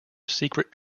secret